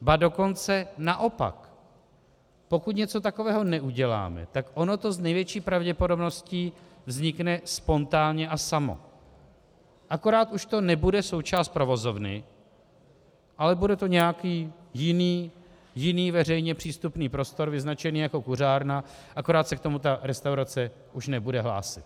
Ba dokonce naopak, pokud něco takového neuděláme, tak ono to s největší pravděpodobností vznikne spontánně a samo, akorát už to nebude součást provozovny, ale bude to nějaký jiný veřejně přístupný prostor vyznačený jako kuřárna, akorát se k tomu ta restaurace už nebude hlásit.